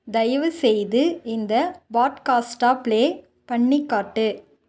தயவுசெய்து இந்த பாட்காஸ்ட்டை ப்ளே பண்ணிக் காட்டு